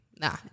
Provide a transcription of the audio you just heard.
Nah